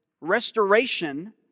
restoration